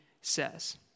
says